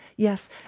Yes